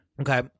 okay